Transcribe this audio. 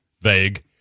vague